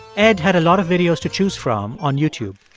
ed had a lot of videos to choose from on youtube